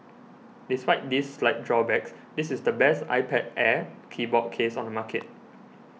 despite these slight drawbacks this is the best iPad Air keyboard case on the market